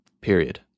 period